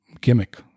gimmick